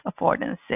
affordances